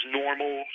normal